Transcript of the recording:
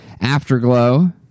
Afterglow